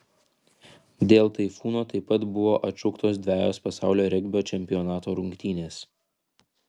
dėl taifūno taip pat buvo atšauktos dvejos pasaulio regbio čempionato rungtynės